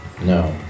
No